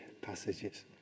passages